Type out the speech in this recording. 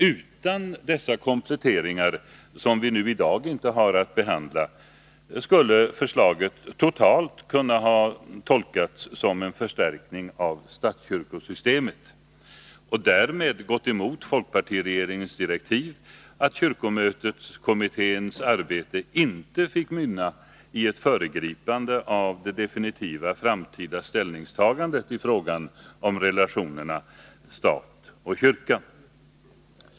Utan dessa kompletteringar, som vi nu i dag inte har att behandla, skulle förslaget totalt ha kunnat tolkas som en förstärkning avstatskyrkosystemet och därmed gått emot folkpartiregeringens direktiv att kyrkomöteskommitténs arbete inte fick mynna i ett föregripande av det definitiva framtida ställningstagandet till frågan om relationerna mellan stat och kyrka.